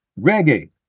reggae